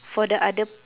for the other